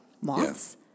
Moths